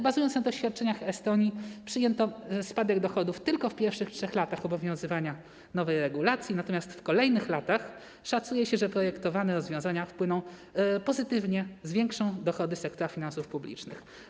Bazując na doświadczeniach Estonii, przyjęto spadek dochodów tylko w pierwszych 3 latach obowiązywania nowej regulacji, natomiast szacuje się, że w kolejnych latach projektowane rozwiązania wpłyną pozytywnie, zwiększą dochody sektora finansów publicznych.